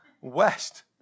West